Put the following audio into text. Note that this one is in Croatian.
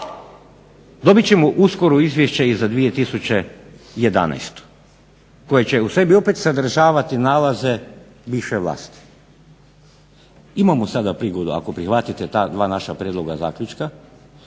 Dobit ćemo uskoro izvješća i za 2011. koja će u sebi opet sadržavati nalaze bivše vlasti. Imamo sada prigodu ako sada prihvatite ta dva naša prijedloga zaključka